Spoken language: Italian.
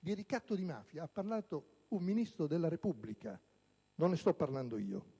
Di ricatto di mafia ha parlato un Ministro della Repubblica, non io.